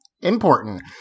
important